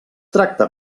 tracta